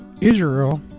Israel